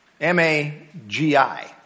M-A-G-I